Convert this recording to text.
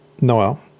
Noel